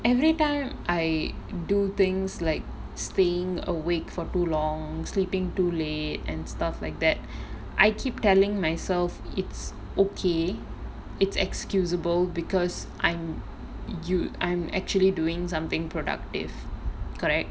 every time I do things like staying awake for too long sleeping too late and stuff like that I keep telling myself it's okay it's excusable because I'm you I'm actually doing something productive correct